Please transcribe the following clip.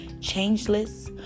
changeless